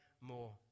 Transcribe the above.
more